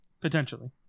Potentially